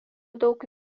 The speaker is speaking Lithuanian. daug